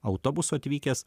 autobusu atvykęs